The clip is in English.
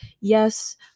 yes